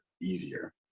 easier